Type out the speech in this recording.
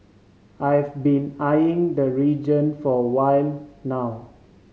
I've been eyeing the region for a while now